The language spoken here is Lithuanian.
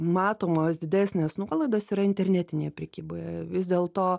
matomos didesnės nuolaidos yra internetinėje prekyboje vis dėlto